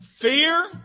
Fear